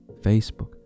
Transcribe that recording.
Facebook